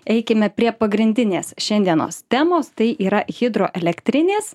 eikime prie pagrindinės šiandienos temos tai yra hidroelektrinės